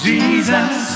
Jesus